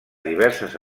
diverses